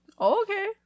Okay